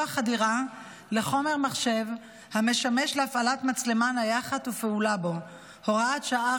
חדירה לחומר מחשב המשמש להפעלת מצלמה נייחת ופעולה בו (הוראת שעה,